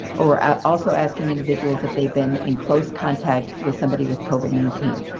or also asking individuals that they've been in close contact with somebody with covid nineteen.